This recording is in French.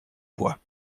bois